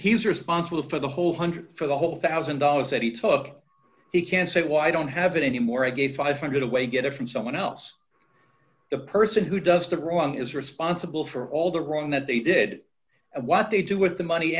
he's responsible for the whole one hundred for the whole one thousand dollars that he took he can't say why i don't have it anymore i gave five hundred dollars away get it from someone else the person who does the wrong is responsible for all the wrong that they did what they do with the money